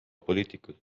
poliitikud